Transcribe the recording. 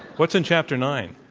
what's in chapter nine?